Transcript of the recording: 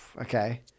Okay